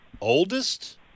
Oldest